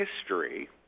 history